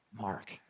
Mark